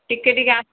ଟିକିଏ ଟିକିଏ